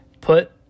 put